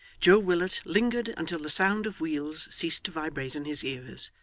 joe willet lingered until the sound of wheels ceased to vibrate in his ears,